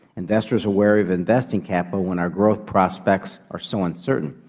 investors are worried of investing capital when our growth prospects are so uncertain.